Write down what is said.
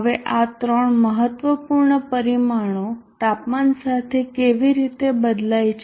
હવે આ 3 મહત્વપૂર્ણ પરિમાણો તાપમાન સાથે કેવી રીતે બદલાય છે